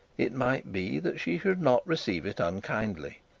it might be that she should not receive it unkindly.